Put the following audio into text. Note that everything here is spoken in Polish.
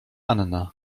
anna